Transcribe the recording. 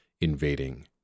invading